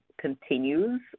continues